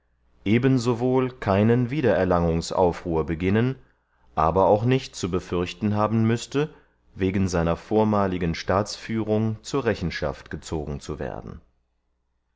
eben sowohl keinem wiedererlangungsaufruhr beginnen aber auch nicht zu befürchten haben müßte wegen seiner vormaligen staatsführung zur rechenschaft gezogen zu werden